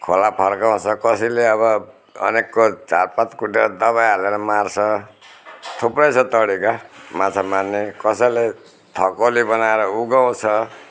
खोला फर्काउँछ कसैले अब अनेकको झारपात कुटेर दबाई हालेर मार्छ थुप्रै छ तरिका माछा मार्ने कसैले थकौली बनाएर उघाउँछ